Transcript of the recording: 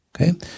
Okay